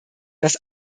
dass